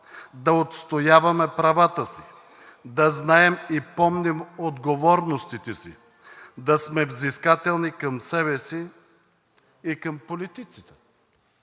да отстояваме правата си, да знаем и помним отговорностите си, да сме взискателни към себе си и към политиците,